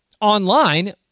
online